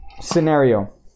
scenario